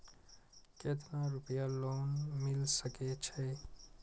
केतना रूपया लोन मिल सके छै?